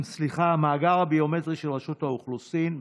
המאגר הביומטרי של רשות האוכלוסין.